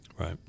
Right